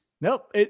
Nope